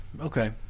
Okay